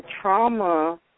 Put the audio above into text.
trauma